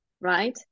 right